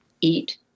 eat